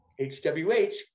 HWH